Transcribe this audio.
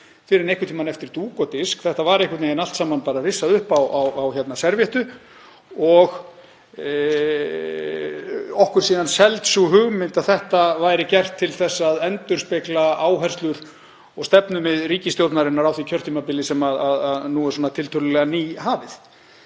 fyrr en einhvern tímann eftir dúk og disk. Þetta var einhvern veginn allt saman bara rissað upp á servéttu og okkur síðan seld sú hugmynd að þetta væri gert til að endurspegla áherslur og stefnumið ríkisstjórnarinnar á því kjörtímabili sem nú er tiltölulega nýhafið.